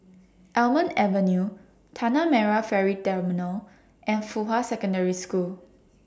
Almond Avenue Tanah Merah Ferry Terminal and Fuhua Secondary School